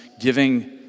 giving